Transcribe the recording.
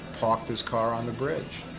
parked his car on the bridge,